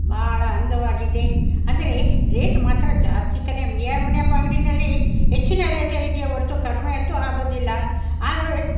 ಭಾಳ ಅಂದವಾಗಿದೆ ಅಂದರೆ ರೇಟ್ ಮಾತ್ರ ಜಾಸ್ತಿ ಕಣೇ ಬಿ ಆರ್ ಮುನಿಯಪ್ಪ ಅಂಗಡಿಯಲ್ಲಿ ಹೆಚ್ಚಿನ ರೇಟ್ ಇದೆಯಾ ಹೊರತು ಕಡಿಮೆ ಅಂತೂ ಆಗೋದಿಲ್ಲ ಆದರೂ